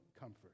comfort